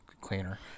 cleaner